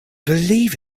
believe